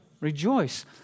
Rejoice